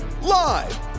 Live